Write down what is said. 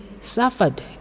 suffered